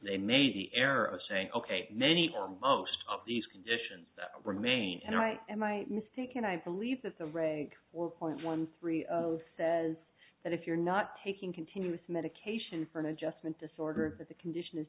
they made the error of saying ok many or most of these conditions remain and i am i mistaken i believe that the right four point one three of says that if you're not taking continuous medication for an adjustment disorder that the condition is